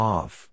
Off